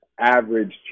average